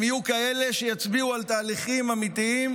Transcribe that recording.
הם יהיו כאלה שיצביעו על תהליכים אמיתיים,